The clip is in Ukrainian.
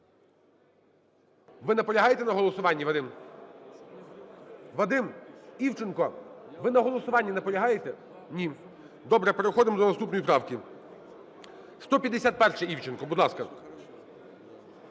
Ви наполягаєте на голосуванні, Вадим? Вадим Івченко, ви на голосуванні наполягаєте? Ні, добре. Переходимо до наступної правки. 151-а, Івченко. Будь ласка.